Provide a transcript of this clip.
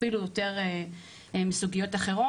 אפילו יותר מסוגיות אחרות.